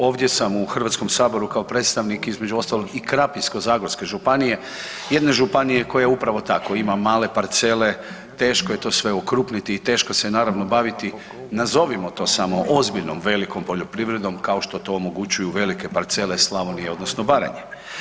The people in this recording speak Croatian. Ovdje sam u Hrvatskom saboru kao predstavnik između ostalog i Krapinsko-zagorske županije, jedne županije koja upravo tako, ima male parcele, teško je to sve okrupniti i teško se naravno baviti nazivom to samo ozbiljnom, velikom poljoprivredom kao što to omogućuju velike parcele Slavonije odnosno Baranje.